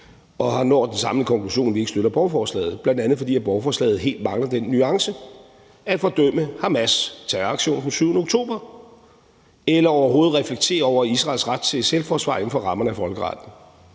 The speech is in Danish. og når den samme konklusion, at vi ikke støtter borgerforslaget, bl.a. fordi borgerforslaget helt mangler den nuance at fordømme Hamas' terroraktion den 7. oktober og overhovedet at reflektere over Israels ret til selvforsvar inden for rammerne af folkeretten.